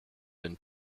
been